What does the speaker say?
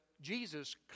Jesus